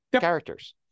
characters